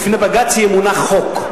בפני בג"ץ יהיה מונח חוק.